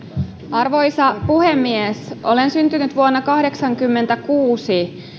arvoisa puhemies olen syntynyt vuonna kahdeksankymmentäkuusi